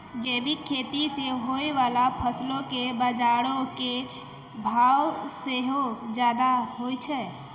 जैविक खेती से होय बाला फसलो के बजारो मे भाव सेहो ज्यादा होय छै